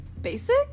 basic